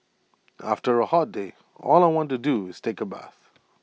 after A hot day all I want to do is take A bath